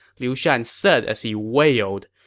liu shan said as he wailed.